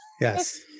Yes